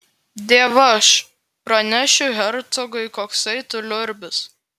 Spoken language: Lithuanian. dievaž pranešiu hercogui koksai tu liurbis